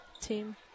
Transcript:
team